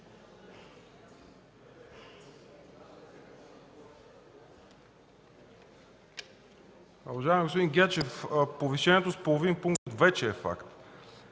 Уважаеми господин Гечев, повишението с половин пункт вече е факт.